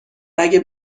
اگه